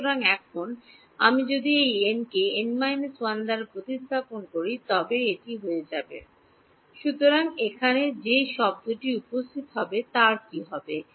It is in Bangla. সুতরাং এখন আমি যদি এই n কে n 1 দ্বারা প্রতিস্থাপন করি তবে এটি হয়ে যাবে সুতরাং এখানে যে শব্দটি উপস্থিত হবে তা কী হবে